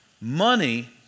Money